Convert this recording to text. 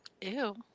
ew